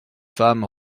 femme